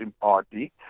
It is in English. party